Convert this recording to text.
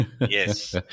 Yes